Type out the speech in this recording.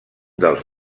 dels